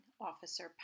Officer